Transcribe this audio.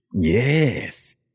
Yes